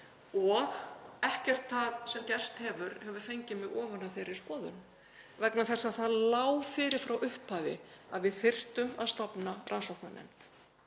og ekkert það sem gerst hefur fengið mig ofan af þeirri skoðun, vegna þess að það lá fyrir frá upphafi að við þyrftum að stofna rannsóknarnefnd.